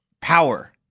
power